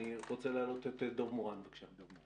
אני רוצה להעלות את דב מורן, בבקשה.